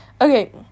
okay